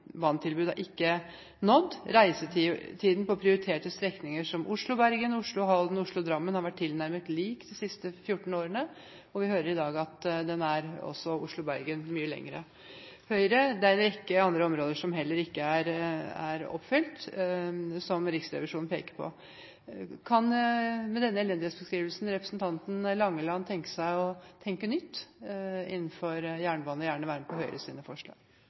jernbanetilbud er ikke nådd. Reisetiden på prioriterte strekninger som Oslo–Bergen, Oslo–Halden, Oslo–Drammen har vært tilnærmet lik de siste 14 årene. Vi hører i dag at den på strekningen Oslo–Bergen er mye lengre. Det er en rekke andre områder som heller ikke er oppfylt, som Riksrevisjonen peker på. Kan representanten Langeland med denne elendighetsbeskrivelsen tenke seg å tenke nytt innenfor jernbane og gjerne være med på Høyres forslag?